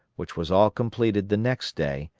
which was all completed the next day,